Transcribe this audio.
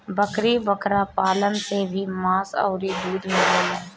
बकरी बकरा पालन से भी मांस अउरी दूध मिलेला